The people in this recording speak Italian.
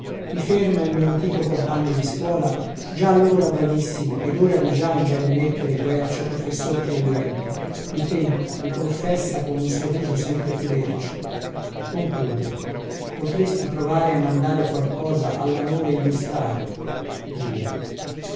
i ferma il mio antico compagno di scuola già allora bravissimo ed ora di già in belle lettere guercio professor purulento mi tenta mi confessa con un sorriso sempre più lercio conclude potresti provare a mandare qualcosa all'amore illustrato via